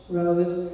rose